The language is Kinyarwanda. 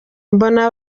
mbona